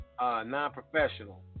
non-professional